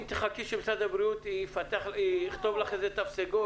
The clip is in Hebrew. אם תחכי שמשרד הבריאות יכתוב לך תו סגול